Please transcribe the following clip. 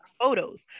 photos